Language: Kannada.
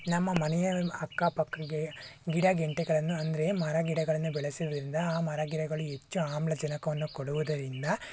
ನಮ್ಮ ಮನೆಯ ಅಕ್ಕಪಕ್ಕಕ್ಕೆ ಗಿಡ ಗೆಂಟೆಗಳನ್ನು ಅಂದರೆ ಮರ ಗಿಡಗಳನ್ನು ಬೆಳೆಸುವುದ್ರಿಂದ ಆ ಮರ ಗಿಡಗಳು ಹೆಚ್ಚು ಆಮ್ಲಜನಕವನ್ನು ಕೊಡುವುದರಿಂದ